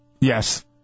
Yes